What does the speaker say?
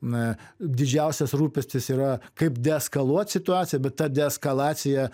na didžiausias rūpestis yra kaip deeskaluoti situaciją bet ta deeskalacija